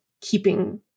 keeping